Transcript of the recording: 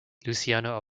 luciano